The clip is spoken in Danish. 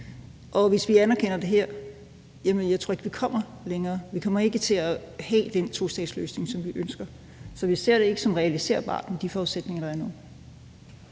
Og hvis vi anerkender det her – jamen jeg tror ikke, vi kommer længere. Vi kommer ikke til at have den tostatsløsning, som vi ønsker. Så vi ser det ikke som realiserbart med de forudsætninger, der er nu.